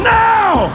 now